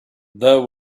there